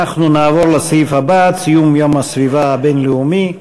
אנחנו נעבור לסעיף הבא: ציון יום הסביבה הבין-לאומי.